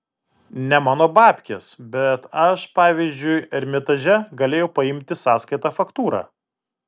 ne mano babkės bet aš pavyzdžiui ermitaže galėjau paimti sąskaitą faktūrą